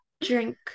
drink